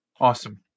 Awesome